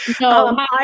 No